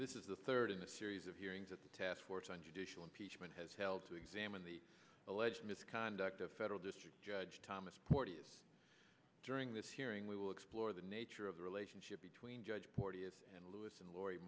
this is the third in the series of hearings that the task force on judicial impeachment has held to examine the alleged misconduct of federal district judge thomas porteous during this hearing we will explore the nature of the relationship between judge porteous and lewis and laurie